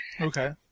Okay